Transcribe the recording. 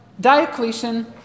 Diocletian